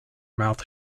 mouth